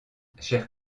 chers